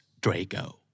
Draco